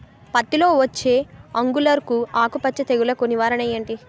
పత్తి లో వచ్చే ఆంగులర్ ఆకు మచ్చ తెగులు కు నివారణ ఎంటి?